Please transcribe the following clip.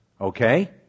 okay